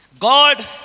God